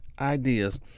ideas